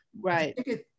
Right